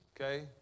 okay